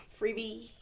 Freebie